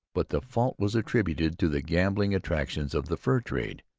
but the fault was attributed to the gambling attractions of the fur trade,